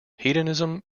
hedonism